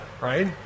right